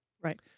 Right